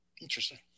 Interesting